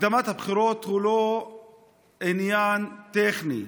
הקדמת הבחירות היא לא עניין טכני,